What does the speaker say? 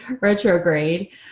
retrograde